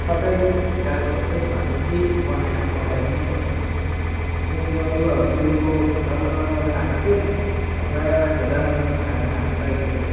कतै गएको छ भने हामी त्यही बनाएर पठाउने गर्छौँ अनि रह्यो हाम्रो यो राम्रो राम्रो खाना चाहिँ अब प्रायः मान्छेहरू राम्रो राम्रो खाना खानको लागि त